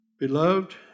Beloved